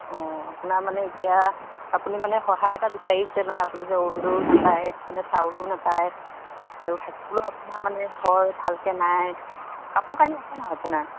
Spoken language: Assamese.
অঁ আপোনাৰ মানে এতিয়া আপুনি মানে সহায় এটা বিচাৰিছে মানে আপুনি যে অৰুণোদয়ো নাপায় মানে চাউলো নাপায় আৰু থাকিবলৈও আপোনাৰ মানে ঘৰ ভালকৈ নাই কাপোৰ কানি আছে নাই আপোনাৰ